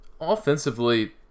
offensively